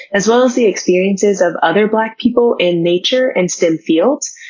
as well as the experiences of other black people in nature and stem fields.